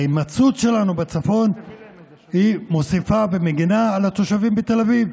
ההימצאות שלנו בצפון מוסיפה ומגינה על התושבים בתל אביב.